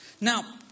Now